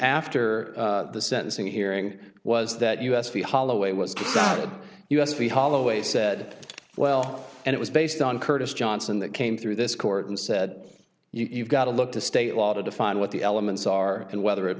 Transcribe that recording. after the sentencing hearing was that u s b holloway was consulted us we holloway said well and it was based on curtis johnson that came through this court and said you've got to look to state law to define what the elements are and whether it